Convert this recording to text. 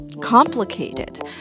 complicated